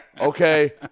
okay